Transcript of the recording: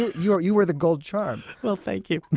you were you were the gold charm well, thank you